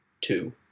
two